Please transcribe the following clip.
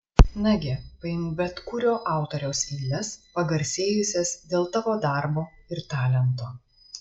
nagi paimk bet kurio autoriaus eiles pagarsėjusias dėl tavo darbo ir talento